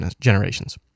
Generations